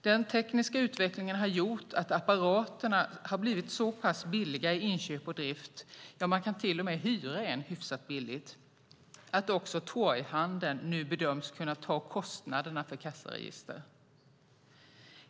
Den tekniska utvecklingen har gjort att apparaterna har blivit så pass billiga i inköp och drift - ja, man kan till och med hyra en hyfsat billigt - att också torghandeln nu bedöms kunna ta kostnaderna för kassaregister.